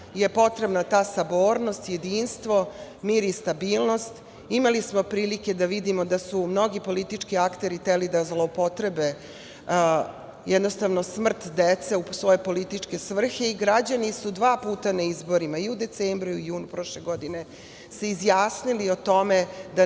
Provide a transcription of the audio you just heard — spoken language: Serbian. je potrebna ta sabornost, jedinstvo, mir i stabilnost. Imali smo prilike da vidimo da su mnogi politički akteri hteli da zloupotrebe smrt dece u svoje političke svrhe i građani su dva puta na izborima, i u decembru i junu prošle godine se izjasnili o tome da